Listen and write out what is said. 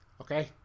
Okay